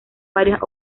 varias